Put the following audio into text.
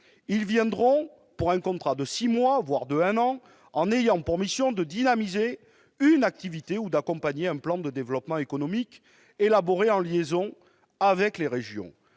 viendront pour un contrat de six mois, voire d'un an, en ayant pour mission de dynamiser une activité ou d'accompagner un plan de développement économique élaboré en liaison avec les régions.